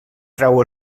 trau